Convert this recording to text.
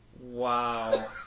Wow